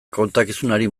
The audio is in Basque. kontakizunari